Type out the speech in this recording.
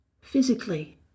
physically